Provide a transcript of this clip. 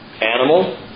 animal